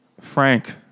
Frank